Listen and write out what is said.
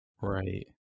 Right